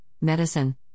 medicine